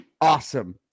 awesome